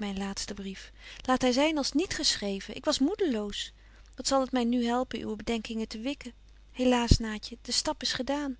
myn laatsten brief laat hy zyn als niet geschreven ik was moedeloos wat zal het my nu helpen uwe bedenkingen te wikken helaas naatje de stap is gedaan